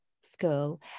school